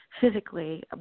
physically